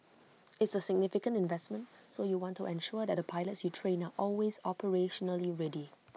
it's A significant investment so you want to ensure that the pilots you train are always operationally ready